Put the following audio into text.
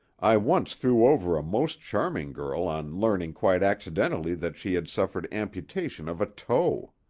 i once threw over a most charming girl on learning quite accidentally that she had suffered amputation of a toe.